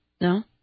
no